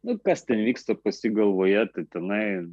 nu kas ten vykstapas jį galvoje tai tenai